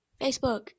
Facebook